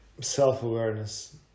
self-awareness